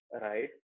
right